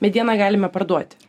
medieną galime parduoti